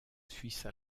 suisse